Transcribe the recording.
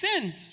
sins